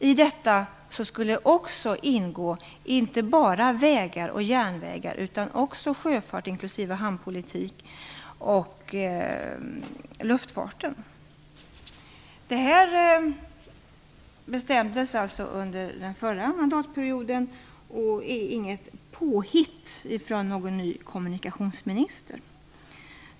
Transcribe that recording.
I detta skulle ingå inte bara vägar och järnvägar utan också sjöfart, inklusive hamnpolitik, och luftfart. Det här bestämdes alltså under den förra mandatperioden och är inget påhitt från en ny kommunikationsminister.